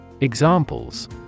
Examples